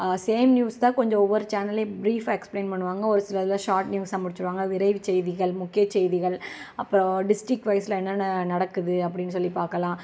same news தான் கொஞ்சம் ஒவ்வொரு சேனல்லயும் ஃப்ரீஃப்பாக எக்ஸ்ப்ளைன் பண்ணுவாங்கள் ஒருசிலதில் ஷார்ட் நியூஸாக முடிச்சிடுவாங்க விரைவுச்செய்திகள் முக்கியச்செய்திகள் அப்புறம் டிஸ்ட்ரிக் வைஸ்ல என்னென்ன நடக்குது அப்படின்னு சொல்லி பார்க்கலாம்